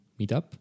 Meetup